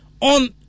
on